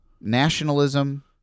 nationalism